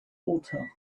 water